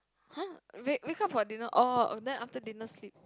!huh! wake wake up for dinner orh oh then after dinner sleep